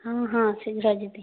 ହଁ ହଁ ଶୀଘ୍ର ଯିବି